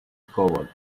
coward